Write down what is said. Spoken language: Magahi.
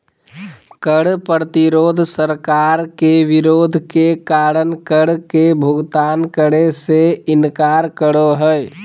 कर प्रतिरोध सरकार के विरोध के कारण कर के भुगतान करे से इनकार करो हइ